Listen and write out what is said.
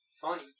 Funny